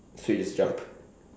so you just jump